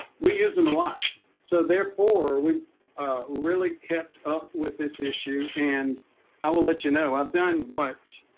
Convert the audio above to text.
we use them a lot so therefore we've really kept up with this issue and i will let you know i've done what